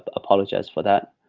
apologize for that.